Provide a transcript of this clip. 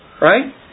Right